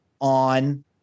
on